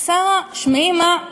שרה, שמעי מה,